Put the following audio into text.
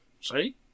See